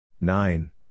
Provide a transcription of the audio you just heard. Nine